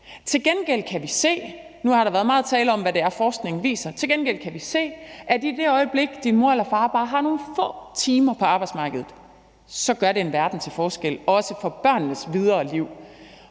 viser – kan vi se, at i det øjeblik din mor eller far bare har nogle få timer på arbejdsmarkedet, gør det en verden til forskel, også for børnenes videre liv.